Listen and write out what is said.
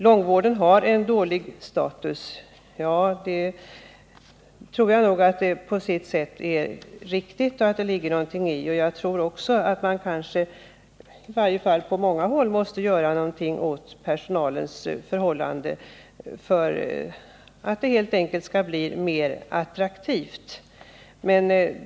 Långvården har dålig status, har det sagts. Jag tror nog att det på sitt sätt är riktigt och att man i varje fall på många håll måste göra någonting åt personalens förhållanden för att det skall bli mer attraktivt att arbeta inom den vårdgrenen.